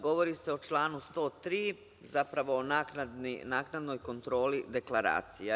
Govori se o članu 103, zapravo naknadnoj kontroli deklaracija.